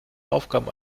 aufgabe